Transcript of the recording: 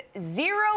zero